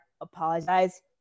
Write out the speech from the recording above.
apologize